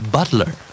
Butler